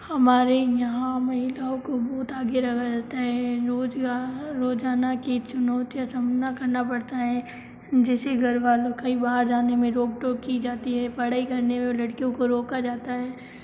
हमारे यहाँ महिलाओं को बहुत आगे रखा जाता है रोज़गार रोज़ाना की चुनौती का सामना करना पड़ता है जैसे घर वाले कहीं बाहर जाने में रोक टोक की जाती है पढ़ाई करने में लड़कियों को रोका जाता है